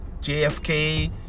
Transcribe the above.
JFK